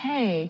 Hey